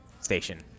station